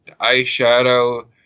eyeshadow